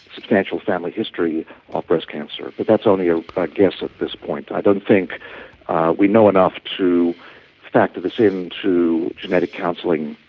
substantial family history of breast cancer, but that's only a guess at this point. i don't think we know enough to factor this in to genetic counselling